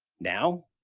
now,